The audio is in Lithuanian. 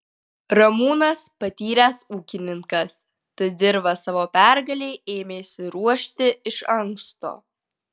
ramūnas patyręs ūkininkas tad dirvą savo pergalei ėmėsi ruošti iš anksto